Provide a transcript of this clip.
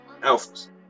alphas